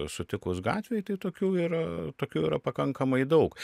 sutikus gatvėj tai tokių yra tokių yra pakankamai daug